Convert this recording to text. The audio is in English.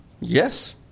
Yes